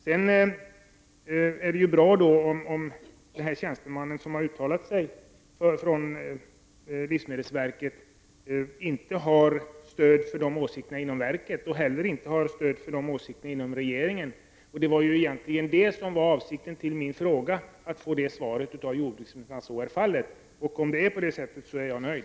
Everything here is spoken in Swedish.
Det är bra om den tjänsteman från livsmedelsverket som har uttalat sig inte har stöd för sina åsikter inom verket och heller inte har stöd för dem från regeringen. Det var egentligen detta som var avsikten med min fråga, nämligen att få ett svar från jordbruksministern om att så är fallet. Om det förhåller sig på det sättet är jag nöjd.